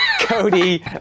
Cody